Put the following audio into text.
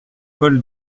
paul